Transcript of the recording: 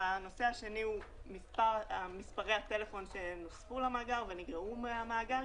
הנושא השני הוא מספרי הטלפון שנוספו למאגר ונגרעו מהמאגר,